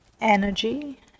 energy